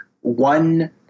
one